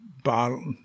Bottle